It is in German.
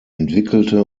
entwickelte